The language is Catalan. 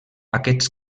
aquests